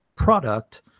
product